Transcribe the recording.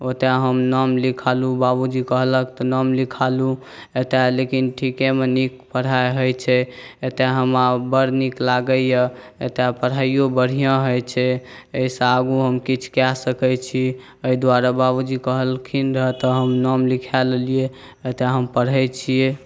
ओतऽ हम नाम लिखेलहुँ बाबूजी कहलक तऽ नाम लिखेलहुँ एतऽ लेकिन ठीकेमे नीक पढ़ाइ होइ छै एतऽ हमरा बड़ नीक लागैए एतऽ पढ़ाइओ बढ़िआँ होइ छै एहिसँ आगू हम किछु कऽ सकै छी एहि दुआरे बाबूजी कहलखिन रहै तऽ हम नाम लिखा लेलिए एतऽ हम पढ़ै छिए